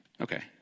Okay